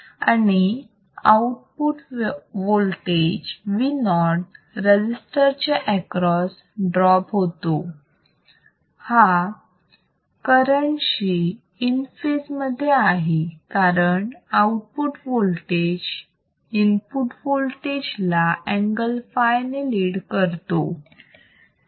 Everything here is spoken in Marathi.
आणि आउटपुट वोल्टेज Vo रजिस्टर च्या एक्रॉस ड्रॉप होतो हा करंटशी इन फेज आहे कारण आउटपुट वोल्टेज इनपुट वोल्टेज ला अँगल फाय ने लीड करतो